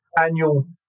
annual